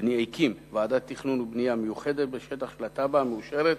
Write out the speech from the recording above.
ובנייה מיוחדת בשטח של התב"ע המאושרת,